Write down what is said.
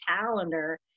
calendar